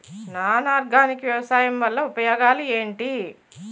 Non organic వ్యవసాయం వల్ల ఉపయోగాలు ఏంటీ?